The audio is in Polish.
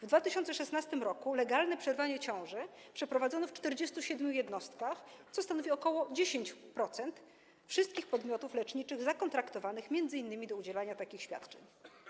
W 2016 r. legalne przerwanie ciąży przeprowadzono w 47 jednostkach, co stanowi ok. 10% wszystkich podmiotów leczniczych zakontraktowanych m.in. do udzielania takich świadczeń.